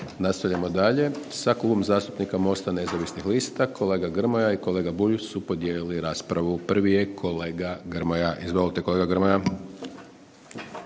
Nastavljamo dalje sa Klubom zastupnika MOST-a nezavisnih lista, kolega Grmoja i kolega Bulj su podijelili raspravu. Prvi je kolega Grmoja. Izvolite kolega Grmoja.